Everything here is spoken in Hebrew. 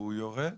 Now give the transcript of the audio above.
והוא יורד.